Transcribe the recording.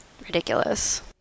ridiculous